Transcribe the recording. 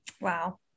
wow